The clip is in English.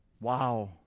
Wow